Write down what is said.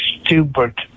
stupid